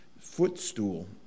footstool